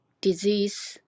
disease